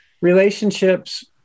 relationships